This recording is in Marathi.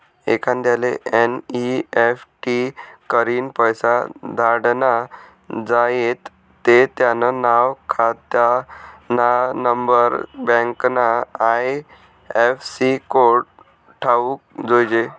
एखांदाले एन.ई.एफ.टी करीन पैसा धाडना झायेत ते त्यानं नाव, खातानानंबर, बँकना आय.एफ.सी कोड ठावूक जोयजे